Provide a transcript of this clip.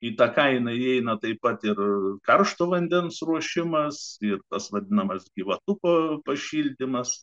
į tą kainą įeina taip pat ir karšto vandens ruošimas tipas vadinamas gyvatuko pašildymas